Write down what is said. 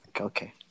Okay